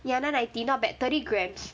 ya nine ninety not bad thirty grams